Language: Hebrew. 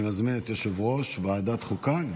אני מזמין את יושב-ראש ועדת חוקה.